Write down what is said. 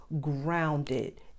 grounded